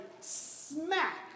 smack